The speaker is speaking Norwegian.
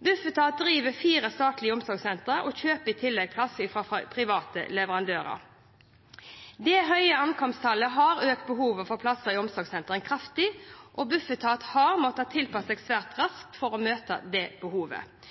Bufetat driver fire statlige omsorgssentre og kjøper i tillegg plass fra private leverandører. Det høye ankomsttallet har økt behovet for plasser i omsorgssentre kraftig, og Bufetat har måttet tilpasse seg svært raskt for å møte det behovet.